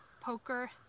poker